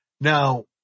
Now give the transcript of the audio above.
Now